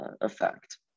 effect